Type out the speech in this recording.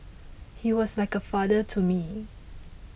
he was like a father to me